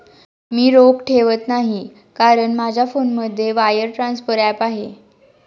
मी रोख ठेवत नाही कारण माझ्या फोनमध्ये वायर ट्रान्सफर ॲप आहे